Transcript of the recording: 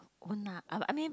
won't lah I I mean